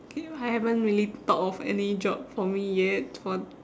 okay I haven't really thought of any job for me yet for